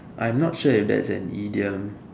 I'm not sure if that's an idiom